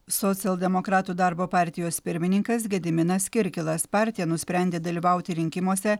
socialdemokratų darbo partijos pirmininkas gediminas kirkilas partija nusprendė dalyvauti rinkimuose